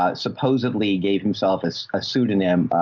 ah supposedly gave himself as a pseudonym, ah,